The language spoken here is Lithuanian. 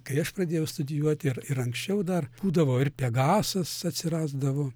kai aš pradėjau studijuoti ir ir anksčiau dar būdavo ir pegasas atsirasdavo